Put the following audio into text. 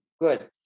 Good